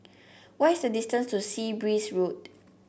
what is the distance to Sea Breeze Road